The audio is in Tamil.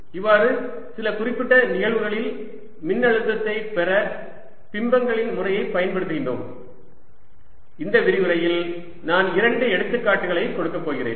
இவ்வாறு சில குறிப்பிட்ட நிகழ்வுகளில் மின்னழுத்தத்தை பெற பிம்பங்களின் முறையை பயன்படுத்துகிறோம் இந்த விரிவுரையில் நான் இரண்டு எடுத்துக்காட்டுகளை எடுக்கப் போகிறேன்